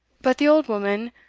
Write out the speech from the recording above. but the old woman,